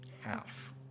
Half